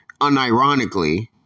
unironically